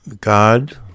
God